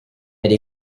elle